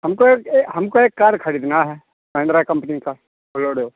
हमको एक हमको एक कार खरीदना है महिंद्रा कंपनी का बोलोड़ो